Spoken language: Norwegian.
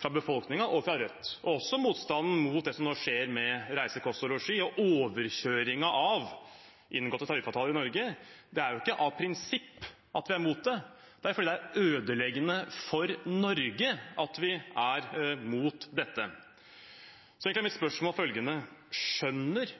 fra befolkningen og fra Rødt mot bl.a. ACER, og motstanden mot det som nå skjer med reise, kost og losji og overkjøringen av inngåtte tariffer i Norge: Det er jo ikke av prinsipp at vi er imot dette, det er fordi det er ødeleggende for Norge at vi er imot det. Så egentlig er mitt spørsmål: Skjønner